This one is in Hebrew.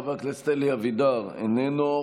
חבר הכנסת אלי אבידר איננו.